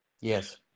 Yes